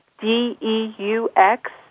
D-E-U-X